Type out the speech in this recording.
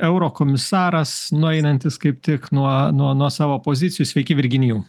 eurokomisaras nueinantis kaip tik nuo nuo savo pozicijų sveiki virginijau